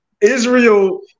Israel